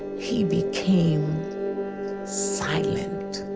he became silent.